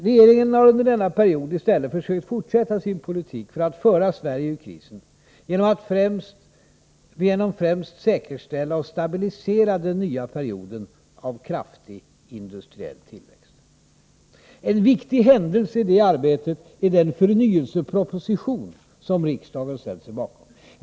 Regeringen har under denna period i stället försökt fortsätta sin politik att föra Sverige ur krisen främst genom att säkerställa och stabilisera den nya perioden av kraftig industriell tillväxt. En viktig händelse i det arbetet är den förnyelseproposition som riksdagen ställt sig bakom.